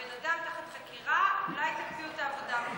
הבן אדם תחת חקירה, אולי תקפיאו את העבודה?